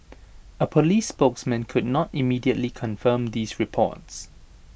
A Police spokesman could not immediately confirm these reports